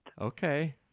Okay